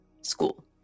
School